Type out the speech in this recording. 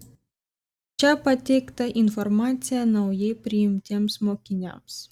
čia pateikta informacija naujai priimtiems mokiniams